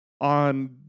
on